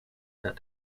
that